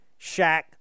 Shaq